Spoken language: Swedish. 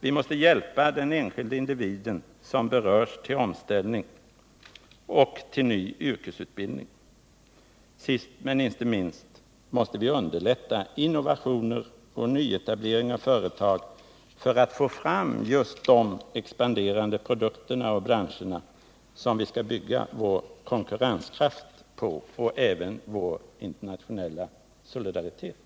Vi måste hjälpa den enskilda individ som berörs till omställning och ny yrkesutbildning. Sist men inte minst måste vi underlätta innovationer och nyetablering av företag för att få fram de expanderande produkterna och branscherna som vi skall bygga vår konkurrenskraft och därmed också insatserna för vår internationella solidaritet